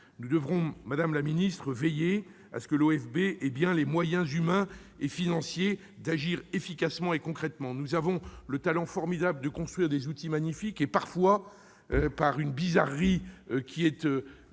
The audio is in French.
Nous devrons veiller à ce que l'OFB ait bien les moyens humains et financiers d'agir efficacement et concrètement. Nous avons en effet le talent formidable de construire des outils magnifiques, mais parfois, par une bizarrerie propre